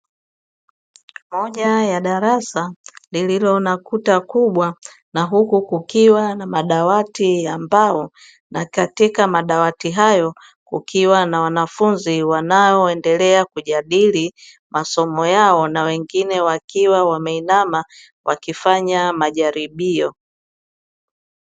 Moja ya darasa lililo na kuta kubwa na huku kukiwa na madawati ya mbao, na katika madawati hayo kukiwa na wanafunzi wanaoendelea kujadili masomo yao na wengine wakiwa wameinama wakifanya majaribio.